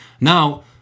Now